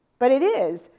but it is.